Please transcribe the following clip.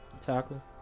Tackle